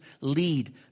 lead